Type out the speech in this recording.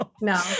no